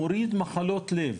מוריד מחלות לב,